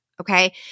okay